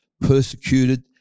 persecuted